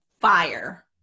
Fire